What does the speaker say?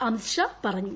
അമിത്ഷാ പറഞ്ഞു